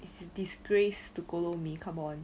it's a disgrace to kolo mee come on